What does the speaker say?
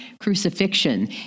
crucifixion